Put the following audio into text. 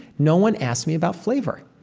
no one asks me about flavor.